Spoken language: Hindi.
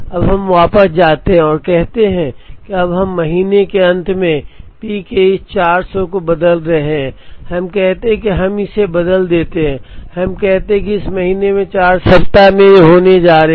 अब हम वापस जाते हैं और कहते हैं कि अब हम महीने के अंत में पी के इस 400 को बदल रहे हैं हम कहते हैं और हम इसे बदल देते हैं हम कहते हैं कि इस महीने में 4 सप्ताह होने जा रहे हैं